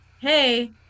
hey